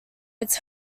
its